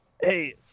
hey